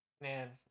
Man